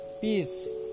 Peace